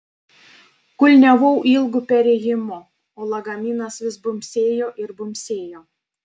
kulniavau ilgu perėjimu o lagaminas vis bumbsėjo ir bumbsėjo